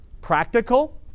practical